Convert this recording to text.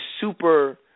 super